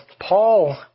Paul